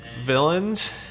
villains